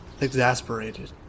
exasperated